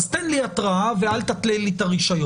אז תן לי התרעה ואל תתלה לי את הרישיון